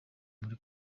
muri